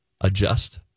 adjust